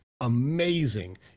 amazing